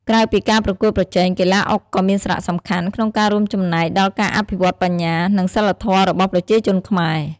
ក្រៅពីការប្រកួតប្រជែង កីឡាអុកក៏មានសារៈសំខាន់ក្នុងការរួមចំណែកដល់ការអភិវឌ្ឍន៍បញ្ញា និងសីលធម៌របស់ប្រជាជនខ្មែរ។